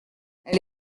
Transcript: elle